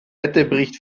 wetterbericht